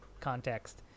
context